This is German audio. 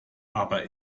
aber